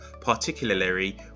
particularly